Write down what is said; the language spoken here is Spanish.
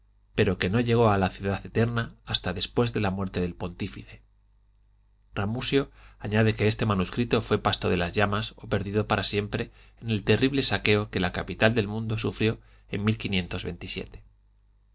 pero que no llegó a la ciudad eterna hasta después de la muerte del pontífice recio añade que este manuscrito fué pasto de las llamas o perdido para siempre en el terrible saqueo que la capital del mundo sufrió en